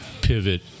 pivot